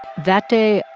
that day,